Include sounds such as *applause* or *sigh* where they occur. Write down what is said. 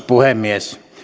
*unintelligible* puhemies